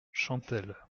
chantelle